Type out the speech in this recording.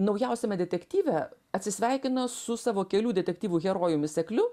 naujausiame detektyve atsisveikino su savo kelių detektyvų herojumi sekliu